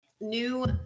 new